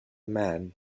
man